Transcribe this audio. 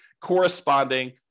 corresponding